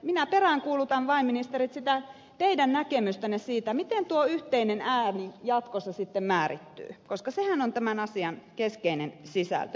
minä peräänkuulutan vain ministerit sitä teidän näkemystänne siitä miten tuo yhteinen ääni jatkossa sitten määrittyy koska sehän on tämän asian keskeinen sisältö